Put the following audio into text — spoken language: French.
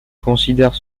considèrent